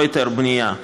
לא היתר בנייה,